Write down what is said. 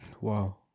Wow